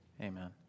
Amen